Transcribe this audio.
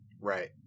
Right